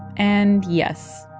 and yes,